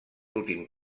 últim